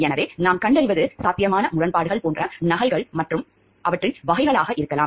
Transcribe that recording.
எனவே நாம் கண்டறிவது சாத்தியமான முரண்பாடுகள் போன்ற நலன்கள் மற்றும் இருக்கலாம்